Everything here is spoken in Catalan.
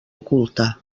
oculta